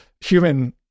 human